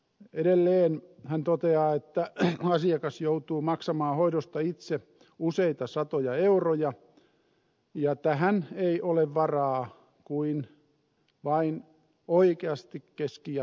edelleen hän toteaa että asiakas joutuu maksamaan hoidosta itse useita satoja euroja ja tähän ei ole varaa kuin vain oikeasti keski ja hyvätuloisilla